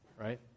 right